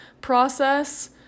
process